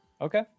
Okay